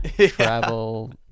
travel